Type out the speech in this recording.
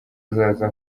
hazaza